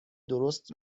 درست